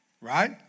Right